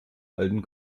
alten